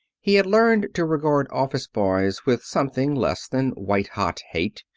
he had learned to regard office boys with something less than white-hot hate.